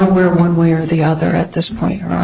aware one way or the other at this point